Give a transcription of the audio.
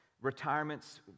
Retirement's